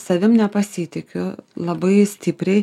savim nepasitikiu labai stipriai